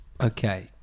Okay